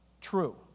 true